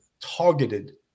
targeted